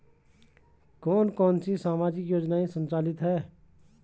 कौन कौनसी सामाजिक योजनाएँ संचालित है?